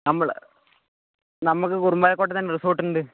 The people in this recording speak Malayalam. നമ്മൾ നമുക്ക് കുറുമലക്കോട്ടെ തന്നെ റിസോർട്ട്ണ്ട്